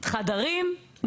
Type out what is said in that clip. חדרים,